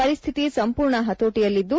ಪರಿಸ್ಥಿತಿ ಸಂಪೂರ್ಣ ಹತೋಟಿಯಲ್ಲಿದ್ದು